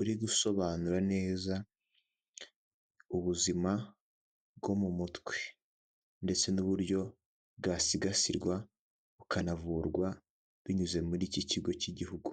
uri gusobanura neza ubuzima bwo mu mutwe, ndetse n'uburyo bwasigasirwa bukanavurwa binyuze muri iki kigo k'igihugu.